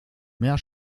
mehr